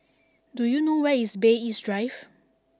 do you know where is Bay East Drive